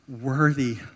worthy